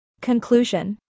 Conclusion